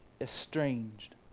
estranged